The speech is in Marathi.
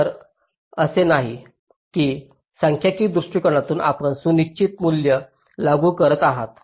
तर असे नाही की सांख्यिकीय दृष्टिकोनातून आपण निश्चित मूल्य लागू करत आहात